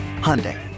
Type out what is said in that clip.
Hyundai